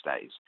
days